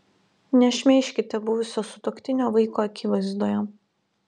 nešmeižkite buvusio sutuoktinio vaiko akivaizdoje